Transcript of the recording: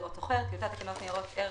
טיוטת תקנות ניירות ערך